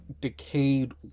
decayed